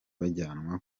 bajyanwa